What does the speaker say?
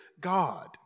God